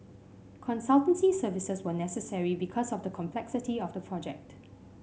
consultancy services were necessary because of the complexity of the project